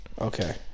Okay